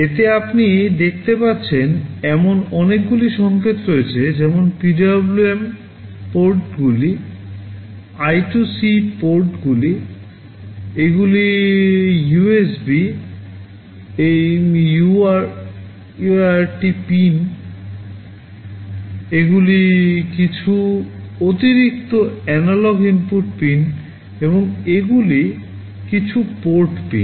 এতে আপনি দেখতে পাচ্ছেন এমন অনেকগুলি সংকেত রয়েছে যেমন PWM PORTগুলি I2C পোর্টগুলি এগুলি USB UART পিন এগুলি কিছু অতিরিক্ত এনালগ ইনপুট পিন এবং এগুলি কিছু পোর্ট পিন